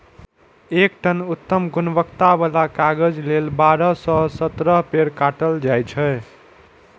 एक टन उत्तम गुणवत्ता बला कागज लेल बारह सं सत्रह पेड़ काटल जाइ छै